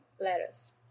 letters